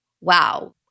wow